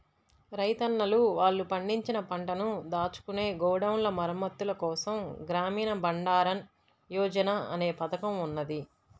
రైతన్నలు వాళ్ళు పండించిన పంటను దాచుకునే గోడౌన్ల మరమ్మత్తుల కోసం గ్రామీణ బండారన్ యోజన అనే పథకం ఉన్నది